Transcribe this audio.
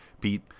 Pete